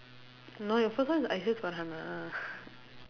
no your first one is farhana